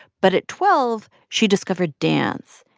but at twelve, she discovered dance.